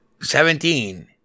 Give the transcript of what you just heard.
seventeen